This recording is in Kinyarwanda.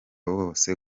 bose